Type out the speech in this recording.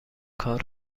کار